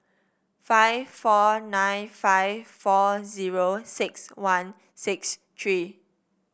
five four nine five four zero six one six three